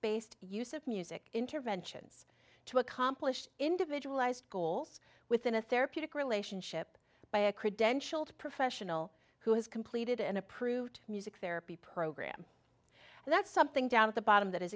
based use of music interventions to accomplish individual ised goals within a therapeutic relationship by a credentialed professional who has completed an approved music therapy program and that's something down at the bottom that is